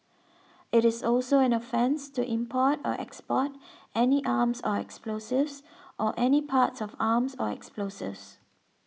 it is also an offence to import or export any arms or explosives or any parts of arms or explosives